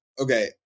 okay